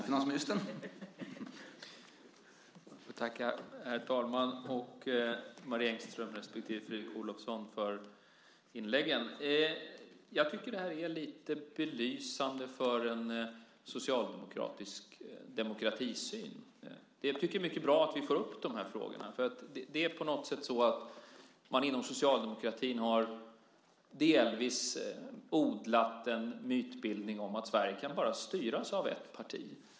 Herr talman! Tack, Marie Engström och Fredrik Olovsson, för inläggen! Jag tycker att det här är lite belysande för en socialdemokratisk demokratisyn. Jag tycker att det är mycket bra att vi får upp de här frågorna. På något sätt är det så att man inom socialdemokratin delvis har odlat en myt kring att Sverige bara kan styras av ett parti.